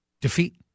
defeat